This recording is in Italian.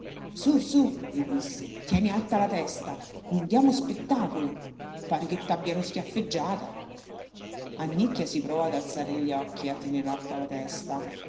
su su le disse tieni alta la testa non diamo spettacolo pare che t'abbiano schiaffeggiata annicchia si provò ad alzare gli occhi e a tener alta la testa